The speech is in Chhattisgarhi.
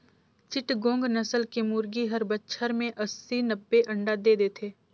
चिटगोंग नसल के मुरगी हर बच्छर में अस्सी, नब्बे अंडा दे देथे